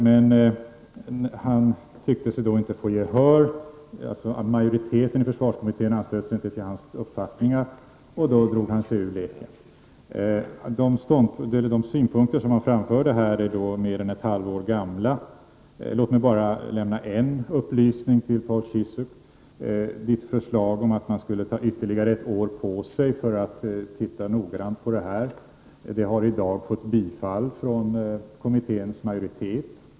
Men han tyckte sig inte få gehör. Majoriteten i försvarskommittén anslöt sig inte till hans uppfattningar och då drog han sig ur leken. De synpunkter som han framförde här är mer än ett halvår gamla. Paul Ciszuks förslag om att man skulle ta ytterligare ett år på sig för att titta noggrant på detta har i dag vunnit bifall från kommitténs majoritet.